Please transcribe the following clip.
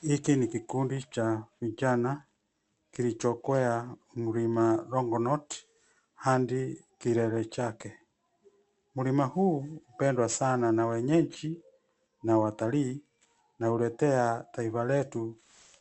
Hiki ni kikundi cha vijana, kilichokwea mlima Longonot, hadi kilele chake. Mlima huu, hupendwa sana na wenyeji, na watalii, na huletea taifa letu,